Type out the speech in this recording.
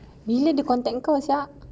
bila dia contact kau sia